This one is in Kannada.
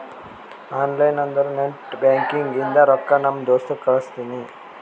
ಆನ್ಲೈನ್ ಅಂದುರ್ ನೆಟ್ ಬ್ಯಾಂಕಿಂಗ್ ಇಂದ ರೊಕ್ಕಾ ನಮ್ ದೋಸ್ತ್ ಕಳ್ಸಿನಿ